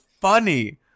funny